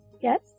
yes